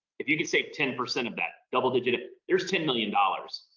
if you could save ten percent of that double digit, there's ten million dollars.